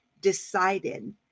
decided